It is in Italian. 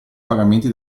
pagamenti